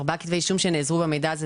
ארבעה כתבי אישום שנעזרו במידע הזה,